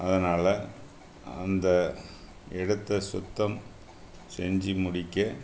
அதனால் அந்த இடத்தை சுத்தம் செஞ்சு முடிக்க